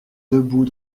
debout